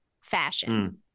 fashion